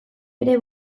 ere